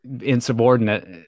insubordinate